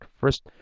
First